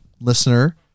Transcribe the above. listener